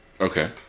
okay